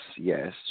yes